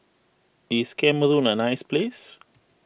is Cameroon a nice place